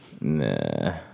nah